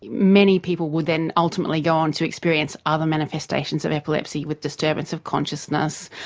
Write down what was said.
many people would then ultimately go on to experience other manifestations of epilepsy with disturbance of consciousness,